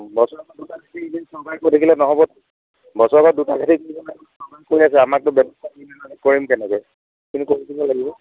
কৈ থাকিলে নহ'বতো বছৰেকত দুটা খেতি আমাকতো কৰিম কেনেকৈ